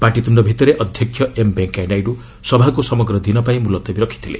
ପାଟିତୁଣ୍ଡ ଭିତରେ ଅଧ୍ୟକ୍ଷ ଏମ୍ ଭେଙ୍କୟା ନାଇଡୁ ସଭାକୁ ସମଗ୍ର ଦିନ ପାଇଁ ମୁଲତବୀ ରଖିଥିଲେ